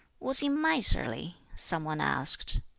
was he miserly? some one asked.